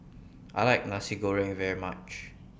I like Nasi Goreng very much